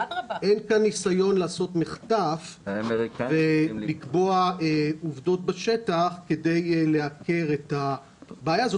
אין כאן ניסיון לעשות מחטף ולקבוע עובדות בשטח כדי לעקר את הבעיה הזאת,